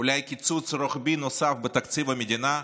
אולי קיצוץ רוחבי נוסף בתקציב המדינה.